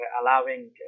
allowing